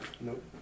Nope